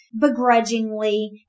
Begrudgingly